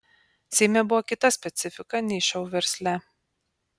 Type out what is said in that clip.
seime buvo kita specifika nei šou versle